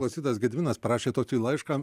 klausytojas gediminas parašė tokį laišką